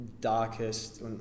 darkest